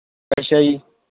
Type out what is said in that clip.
ਅੱਛਾ ਜੀ